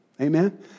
Amen